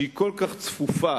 כל כך צפופה,